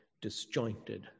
disjointed